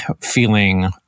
feeling